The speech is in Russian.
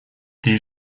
три